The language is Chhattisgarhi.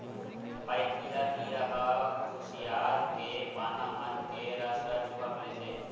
पाइपिला कीरा ह खुसियार के पाना मन ले रस ल चूंहक लेथे